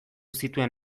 zituen